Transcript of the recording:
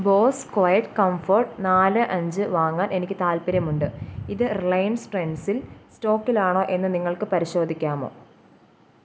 boss quiet comfort നാല് അഞ്ച് വാങ്ങാൻ എനിക്ക് താൽപ്പര്യമുണ്ട് ഇത് റിലയൻസ് ട്രെൻഡ്സിൽ സ്റ്റോക്കിലാണോ എന്ന് നിങ്ങൾക്ക് പരിശോധിക്കാമോ